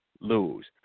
lose